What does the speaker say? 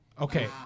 Okay